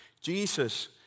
Jesus